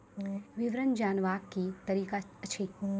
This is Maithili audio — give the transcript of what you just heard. विवरण जानवाक की तरीका अछि?